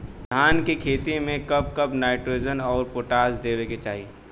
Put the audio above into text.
धान के खेती मे कब कब नाइट्रोजन अउर पोटाश देवे के चाही?